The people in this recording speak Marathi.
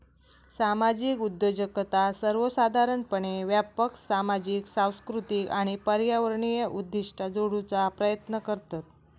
सामाजिक उद्योजकता सर्वोसाधारणपणे व्यापक सामाजिक, सांस्कृतिक आणि पर्यावरणीय उद्दिष्टा जोडूचा प्रयत्न करतत